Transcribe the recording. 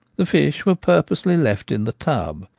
the fish were purposely left in the tub.